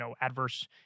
adverse